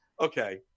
okay